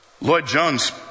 Lloyd-Jones